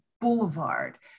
boulevard